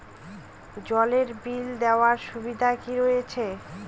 জলের বিল দেওয়ার সুবিধা কি রয়েছে?